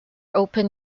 open